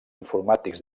informàtics